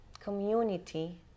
community